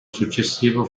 successivo